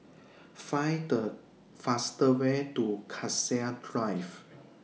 Find The faster Way to Cassia Drive